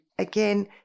Again